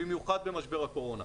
במיוחד במשבר הקורונה.